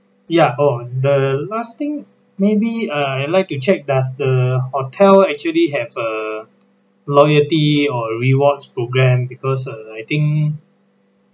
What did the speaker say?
ya oh the last thing maybe uh I like to check does the hotel actually have a loyalty or rewards program because uh I think